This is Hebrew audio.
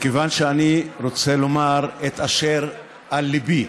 מכיוון שאני רוצה לומר את אשר על ליבי.